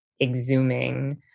exhuming